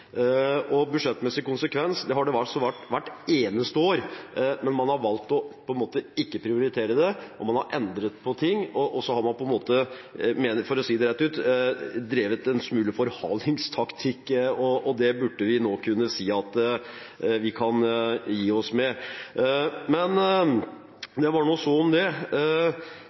og budsjettmessig konsekvens har det vært hvert eneste år når man har valgt å ikke prioritere det, og man har endret på ting, og så har man – for å si det rett ut – drevet en smule forhalingstaktikk. Det burde vi nå kunne gi oss med. Nok om det.